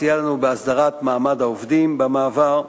שסייע לנו בהסדרת מעמד העובדים במעבר,